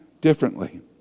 differently